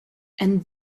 and